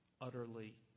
utterly